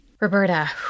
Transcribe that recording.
Roberta